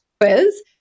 quiz